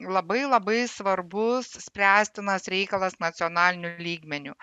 labai labai svarbus spręstinas reikalas nacionaliniu lygmeniu